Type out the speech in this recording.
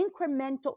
incremental